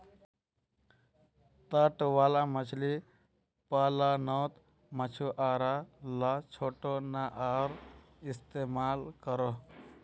तट वाला मछली पालानोत मछुआरा ला छोटो नओर इस्तेमाल करोह